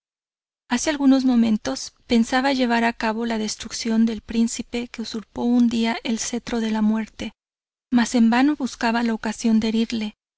hace algunos momentos pensaba en llevar a cabo la destrucción del príncipe que usurpo un día el cetro de la muerte mas en vano buscaba la ocasión de herirle